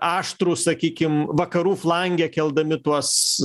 aštrūs sakykim vakarų flange keldami tuos